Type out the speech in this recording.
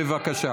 בבקשה.